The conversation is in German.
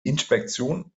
inspektion